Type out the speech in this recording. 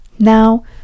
now